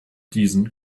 diesen